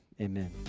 amen